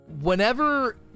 Whenever